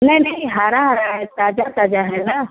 नहीं नहीं हरा हरा है ताज़ा ताज़ा है ना